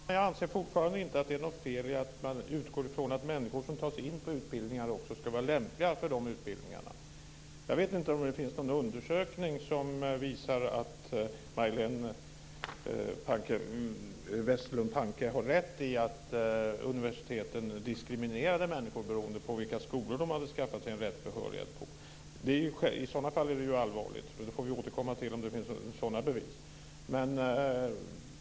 Fru talman! Jag anser fortfarande att det inte är något fel i att utgå från att människor som tas in på utbildningar också ska vara lämpliga för de utbildningarna. Jag vet inte om det finns någon undersökning som visar att Majléne Westerlund Panke har rätt i att universiteten diskriminerade människor beroende på vilka skolor de hade skaffat sig rätt behörighet på. I så fall är det allvarligt. Om det finns bevis för det får vi återkomma till detta.